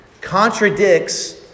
contradicts